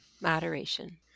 Moderation